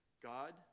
God